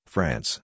France